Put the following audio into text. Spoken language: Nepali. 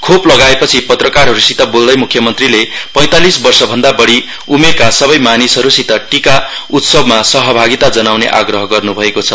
खोप लगाएपछि पत्रकारहरुसित बोल्दै मुख्यमन्त्रीले पैतालिस वर्ष भन्द बड़ि उमेरका सबै मानिसहरुसित टिका उत्सवमा सहभागिता जनाउने आग्रह गर्नुभएको छ